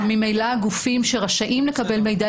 וממילא גופים שרשאים לקבל מידע,